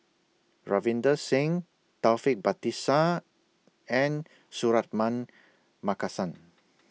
Ravinder Singh Taufik Batisah and Suratman Markasan